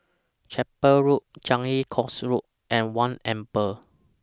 Chapel Road Changi Coast Road and one Amber